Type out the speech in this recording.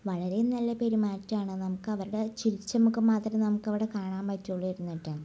വളരെ നല്ല പെരുമാറ്റമാണ് നമുക്ക് അവരുടെ ചിരിച്ച മുഖം മാത്രമേ നമുക്ക് അവിടെ കാണാൻ പറ്റുള്ളായിരുന്നു കേട്ടോ